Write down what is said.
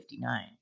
1959